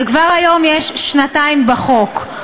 וכבר היום יש שנתיים בחוק.